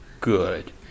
good